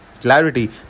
clarity